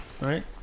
Right